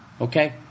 Okay